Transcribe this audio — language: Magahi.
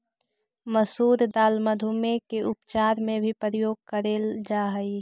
मसूर दाल मधुमेह के उपचार में भी प्रयोग करेल जा हई